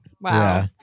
Wow